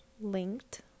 linked